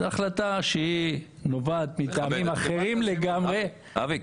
זו החלטה שנובעת מדברים אחרים לגמרי -- אבי,